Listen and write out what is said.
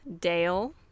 Dale